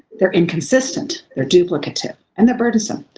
they're inconsistent, they're duplicative and burdensome.